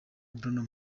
bruno